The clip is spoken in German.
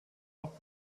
auch